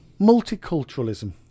Multiculturalism